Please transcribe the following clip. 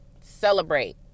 Celebrate